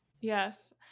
Yes